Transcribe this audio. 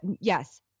yes